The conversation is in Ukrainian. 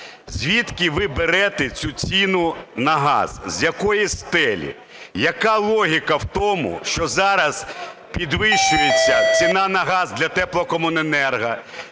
Звідки ви берете цю ціну на газ, з якої стелі? Яка логіка в тому, що зараз підвищується ціна на газ для теплокомуненерго,